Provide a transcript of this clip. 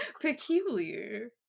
peculiar